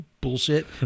Bullshit